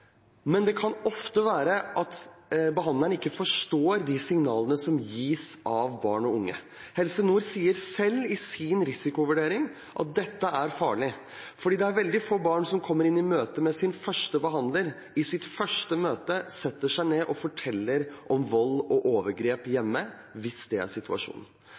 ofte være at behandleren ikke forstår de signaler som gis av barn og unge. Helse Nord sier selv i sin risikovurdering at dette er farlig, for det er veldig få barn som i sitt første møte med sin behandler setter seg ned og forteller om vold og overgrep hjemme – hvis det er situasjonen.